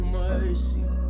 mercy